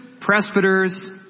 presbyters